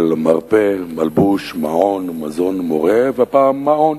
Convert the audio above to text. על מרפא, מלבוש, מעון ומזון, מורה, והפעם: מעון.